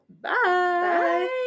Bye